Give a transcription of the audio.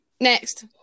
Next